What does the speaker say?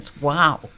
Wow